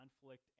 conflict